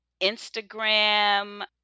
Instagram